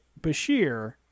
Bashir